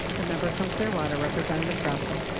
the member from clearwater representative grossell